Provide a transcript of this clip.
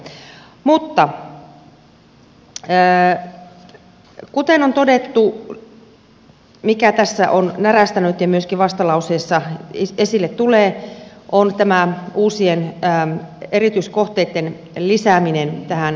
mutta kuten on todettu se mikä tässä on närästänyt ja myöskin vastalauseessa esille tulee on tämä uusien erityiskohteitten lisääminen tähän lakiin